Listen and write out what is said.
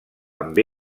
amb